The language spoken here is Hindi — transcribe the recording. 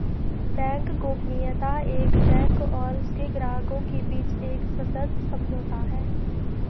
बैंक गोपनीयता एक बैंक और उसके ग्राहकों के बीच एक सशर्त समझौता है